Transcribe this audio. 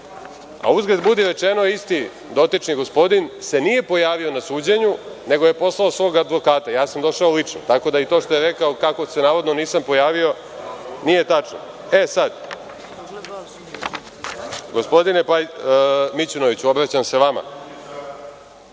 Uzgred budi rečeno, isti dotični gospodin se nije pojavio na suđenju, nego je poslao svog advokata, a ja sam došao lično, tako da i to što je rekao kako se navodno nisam pojavio nije tačno. Gospodine Mićunoviću, obraćam se vama,